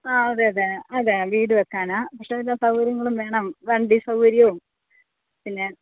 ആ അതെ അതെ അതെ അതെ വീട് വെക്കാനാണ് പക്ഷേ എല്ലാ സൗകര്യങ്ങളും വേണം വണ്ടി സൗകര്യവും പിന്നെ